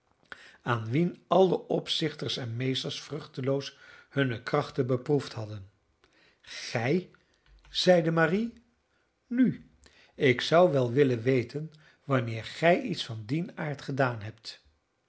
aan wien al de opzichters en meesters vruchteloos hunne krachten beproefd hadden gij zeide marie nu ik zou wel willen weten wanneer gij iets van dien aard gedaan hebt